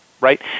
right